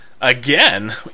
Again